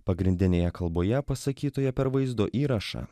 pagrindinėje kalboje pasakytoje per vaizdo įrašą